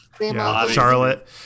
Charlotte